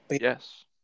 Yes